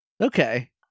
okay